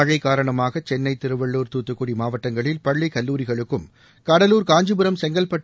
மழை காரணமாக சென்னை திருவள்ளூர் தூத்துக்குடி மாவட்டங்களில்பள்ளி தொடர் கல்லூரிகளுக்கும் கடலூர் காஞ்சிபுரம் செங்கல்பட்டு